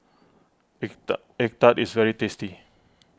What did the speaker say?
Egg Egg Tart Tart is very tasty